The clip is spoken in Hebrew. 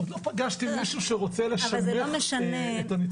עוד לא פגשתי מישהו שרוצה לשנמך את הנציגות שלו,